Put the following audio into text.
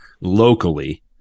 locally